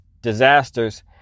disasters